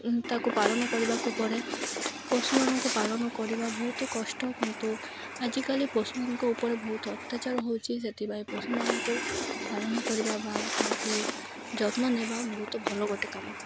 ତାକୁ ପାଳନ କରିବାକୁ ପଡ଼େ ପଶୁମାନଙ୍କୁ ପାଳନ କରିବା ବହୁତ କଷ୍ଟ କିନ୍ତୁ ଆଜିକାଲି ପଶୁମାନଙ୍କ ଉପରେ ବହୁତ ଅତ୍ୟାଚାର ହେଉଛି ସେଥିପାଇଁ ପଶୁମାନଙ୍କୁ ପାଳନ କରିବା ବା ତାଙ୍କୁ ଯତ୍ନ ନେବା ବହୁତ ଭଲ ଗୋଟେ କାମ